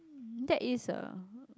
that is ah